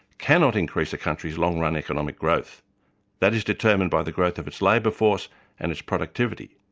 cannot increase a country's long-run economic growth that is determined by the growth of its labour force and its productivity.